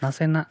ᱱᱟᱥᱮᱱᱟᱜ